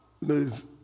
move